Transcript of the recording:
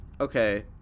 Okay